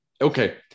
Okay